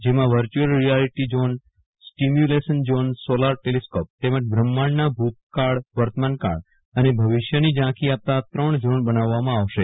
જેમાં virtual reality zone simulation zone solar telescope તેમજ બ્રહ્માંડના ભૂતકાળ વર્તમાનકાળ અને ભવિષ્યની ઝાંખી આપતા ત્રણ ઝોન બનાવવામાં આવશે